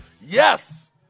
Yes